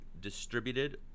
distributed